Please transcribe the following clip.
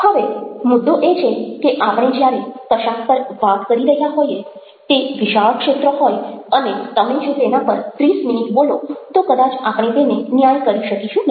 હવે મુદ્દો એ છે કે આપણે જ્યારે કશાક પર વાત કરી રહ્યા હોઈએ તે વિશાળ ક્ષેત્ર હોય અને તમે જો તેના પર ત્રીસ મિનિટ બોલો તો કદાચ આપણે તેને ન્યાય કરી શકીશું નહિ